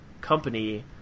company